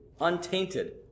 untainted